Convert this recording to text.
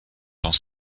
dans